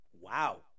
Wow